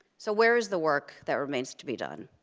so where is the work that remains to be done?